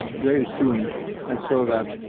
very soon i saw that